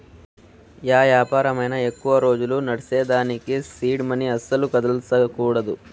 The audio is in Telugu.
యా యాపారమైనా ఎక్కువ రోజులు నడ్సేదానికి సీడ్ మనీ అస్సల కదల్సకూడదు